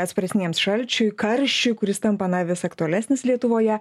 atsparesniems šalčiui karščiui kuris tampa na vis aktualesnis lietuvoje